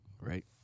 Right